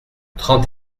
trente